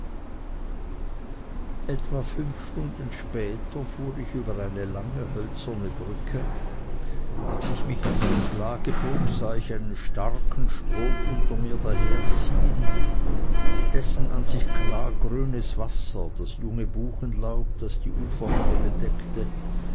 etwa fünf stunden später fuhr ich über eine lange hölzerne brücke als ich mich aus dem schlage bog sah ich einen starken strom unter mir daherziehen dessen an sich klargrünes wasser das junge buchenlaub das die uferhänge bedeckte